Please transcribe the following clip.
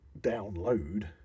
download